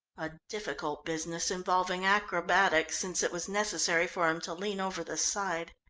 a difficult business, involving acrobatics, since it was necessary for him to lean over the side.